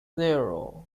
zero